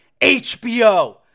HBO